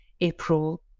April